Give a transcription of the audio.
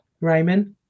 Raymond